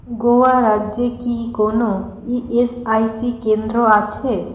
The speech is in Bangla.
গোয়া রাজ্যে কি কোনও ই এস আই সি কেন্দ্র আছে